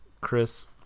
Chris